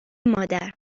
مادر